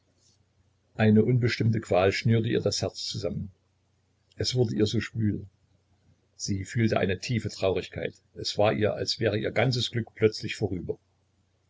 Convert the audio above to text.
eine unbestimmte qual schnürte ihr das herz zusammen es wurde ihr so schwül sie fühlte eine tiefe traurigkeit es war ihr als wäre ihr ganzes glück plötzlich vorüber